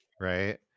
right